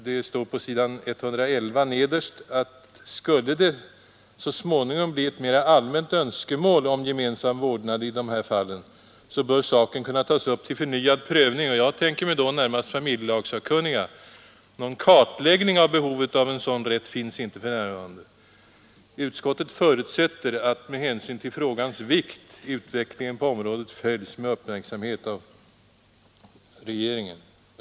Det står i betänkandet på s. 111 nederst att skulle det så småningom bli ett mer allmänt önskemål om gemensam vårdnad i de här fallen bör saken kunna tas upp till förnyad prövning. Jag tänker mig då närmast att familjelagssakkunniga skulle kunna ta upp frågan. Någon kartläggning av behovet av en sådan prövning finns inte för närvarande. Utskottet förutsätter att med hänsyn till frågans vikt utvecklingen på området följs med uppmärksamhet av regeringen.